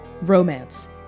romance